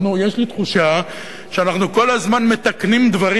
יש לי תחושה שאנחנו כל הזמן מתקנים דברים